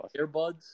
Earbuds